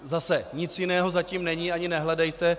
Zase, nic jiného za tím není ani nehledejte.